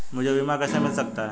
मुझे बीमा कैसे मिल सकता है?